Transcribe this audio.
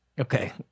Okay